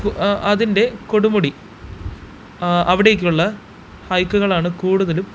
അതിൻ്റെ കൊടുമുടി ആ അവിടെക്കുള്ള ഹൈക്കുകളാണ് കൂടുതലും